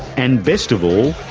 and best of all,